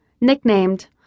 nicknamed